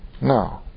No